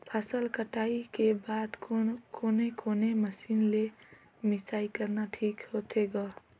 फसल कटाई के बाद कोने कोने मशीन ले मिसाई करना ठीक होथे ग?